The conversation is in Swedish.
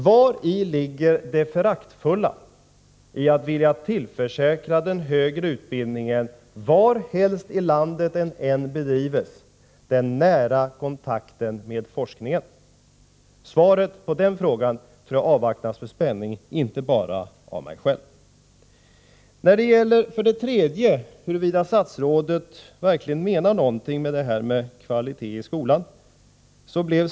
Vari ligger det föraktfulla i att vilja tillförsäkra den högre utbildningen — varhelst i landet den än bedrivs — en nära kontakt med forskningen? Svaret på den frågan tror jag avvaktas med spänning, inte bara av mig själv. Den tredje kommentaren rör frågan huruvida statsrådet verkligen menar något med talet om kvalitet i skolan.